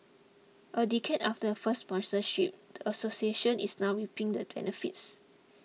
a decade after the first sponsorship the association is now reaping the benefits